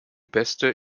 beste